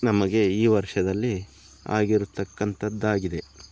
ನಮಗೆ ಈ ವರ್ಷದಲ್ಲಿ ಆಗಿರತಕ್ಕಂಥದ್ದಾಗಿದೆ